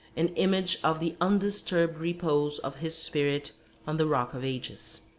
an image of the undisturbed repose of his spirit on the rock of ages.